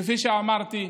כפי שאמרתי,